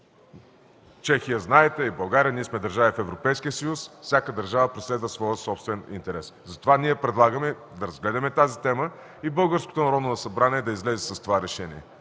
Чехия и България сме държави в Европейския съюз. Всяка държава преследва своя собствен интерес. Затова предлагаме да разгледаме тази тема и българското Народно събрание да излезе с такова решение.